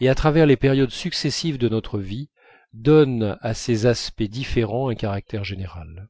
et à travers les périodes successives de notre vie donner à ses aspects différents un caractère général